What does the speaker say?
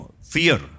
fear